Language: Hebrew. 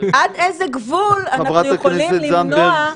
ועד איזה גבול אנחנו יכולים למנוע מים?